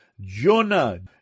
Jonah